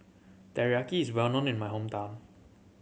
teriyaki is well known in my hometown